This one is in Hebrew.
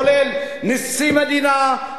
כולל נשיא המדינה,